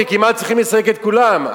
כי צריך לסלק כמעט את כולם,